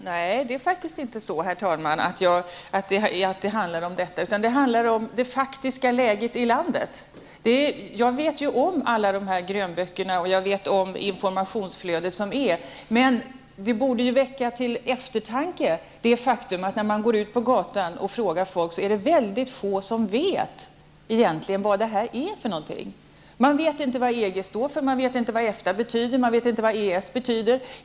Herr talman! Nej det handlar inte om detta, utan det rör sig om det faktiska läget i landet. Jag känner ju till alla grönböckerna och det inflationsflöde som finns. Det borde emellertid stämma till eftertanke, att man när man går ut på gatan och frågar folk, finner att mycket få människor egentligen vet vad det här är för någonting. Man vet inte vad EG står för, och man vet inte vad EFTA och EES betyder.